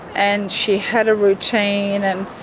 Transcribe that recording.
and she had a routine and